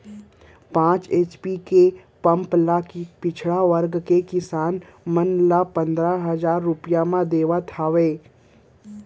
पांच एच.पी के पंप ल पिछड़ा वर्ग के किसान मन ल पंदरा हजार रूपिया म देवत हे